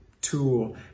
tool